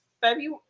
February